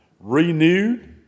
renewed